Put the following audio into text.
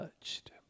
touched